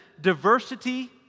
diversity